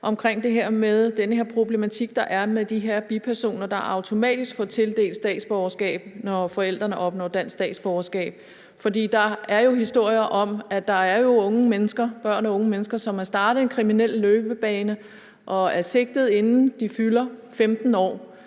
omkring den her problematik, der er med de her bipersoner, der automatisk får tildelt dansk statsborgerskab, når forældrene opnår dansk statsborgerskab. Så der er jo historier om, at der er børn og unge mennesker, som er startet på en kriminel løbebane og er sigtet, inden de fylder 15 år,